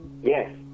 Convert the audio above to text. Yes